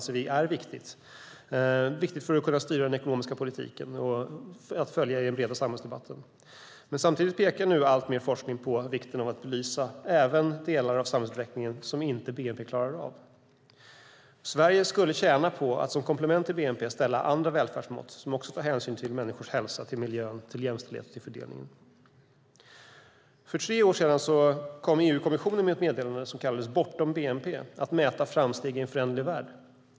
Det är viktigt för att kunna styra den ekonomiska politiken och för att följa den breda samhällsdebatten. Samtidigt pekar nu alltmer forskning på vikten av att även belysa delar av samhällsutvecklingen som bnp inte klarar av. Sverige skulle tjäna på att som komplement till bnp ställa andra välfärdsmått, som också tar hänsyn till människors hälsa, till miljön, till jämställdhet och till fördelning. För tre år sedan kom EU-kommissionen med ett meddelande som kallades Bortom BNP - Att mäta framsteg i en föränderlig värld .